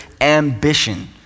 ambition